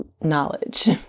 knowledge